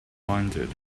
blinded